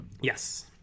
Yes